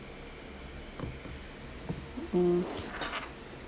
mm